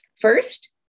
First